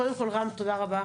קודם כול, רם, תודה רבה.